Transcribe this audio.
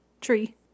Tree